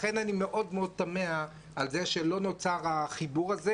לכן אני מאוד תמה על זה שלא נוצר החיבור הזה.